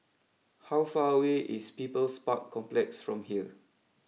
how far away is People's Park Complex from here